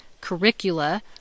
curricula